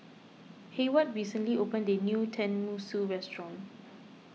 Hayward recently opened a new Tenmusu Restaurant